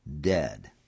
dead